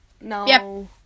No